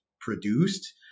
produced